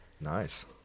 nice